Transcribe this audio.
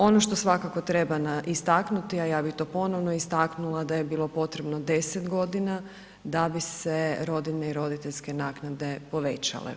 Ono što svakako treba istaknuti, a ja bih to ponovno istaknula, da je bilo potrebno 10 godina da bi se rodiljne i roditeljske naknade povećale.